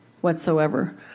whatsoever